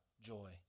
joy